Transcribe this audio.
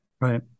Right